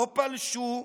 לא פלשו,